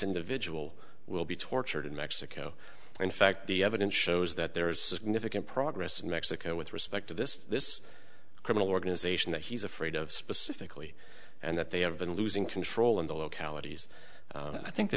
individual will be tortured in mexico in fact the evidence shows that there is significant progress in mexico with respect to this this criminal organization that he's afraid of specifically and that they have been losing control in the localities i think the